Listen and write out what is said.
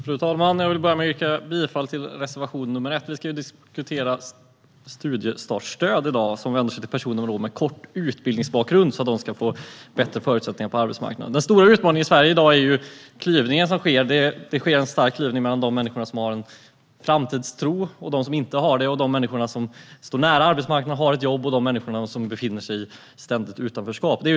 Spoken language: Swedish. Fru talman! Jag vill börja med att yrka bifall till reservation nr 1. Vi diskuterar i dag studiestartsstöd, som vänder sig till personer med kort utbildningsbakgrund så att de ska få bättre förutsättningar på arbetsmarknaden. Den stora utmaningen i Sverige i dag är den starka klyvningen mellan de människor som har en framtidstro och de som inte har det och mellan de människor som står nära arbetsmarknaden och har ett jobb och de människor som befinner sig i ständigt utanförskap.